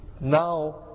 now